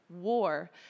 war